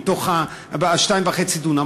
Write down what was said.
ב-2.5 דונם.